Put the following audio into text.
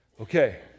Okay